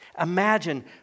Imagine